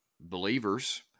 believers